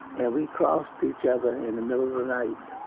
and we crossed each other in the middle of the night,